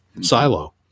silo